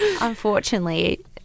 Unfortunately